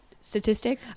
statistic